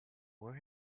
where